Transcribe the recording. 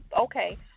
Okay